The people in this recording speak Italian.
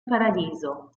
paradiso